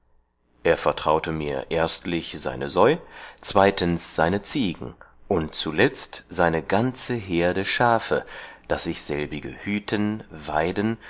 er vertrauete mir erstlich seine säu zweitens seine ziegen und zuletzt seine ganze herde schafe daß ich selbige hüten weiden